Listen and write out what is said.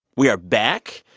we are back.